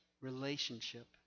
relationship